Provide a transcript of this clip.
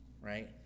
right